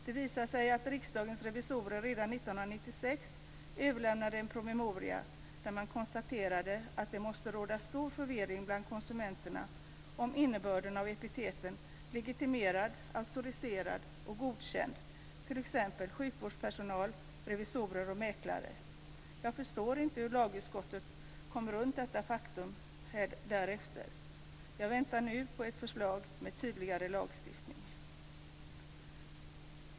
Det visar sig att Riksdagens revisorer redan 1996 överlämnade en promemoria där man konstaterade att det måste råda stor förvirring bland konsumenterna om innebörden av epiteten legitimerad, auktoriserad och godkänd, t.ex. vad gäller sjukvårdspersonal, revisorer och mäklare. Jag förstår inte hur lagutskottet kom runt detta faktum därefter. Jag väntar nu på ett förslag med tydligare lagstiftning.